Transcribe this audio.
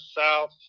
south